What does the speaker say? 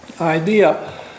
idea